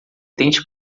tente